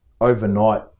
overnight